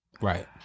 Right